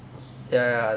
ya ya